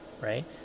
right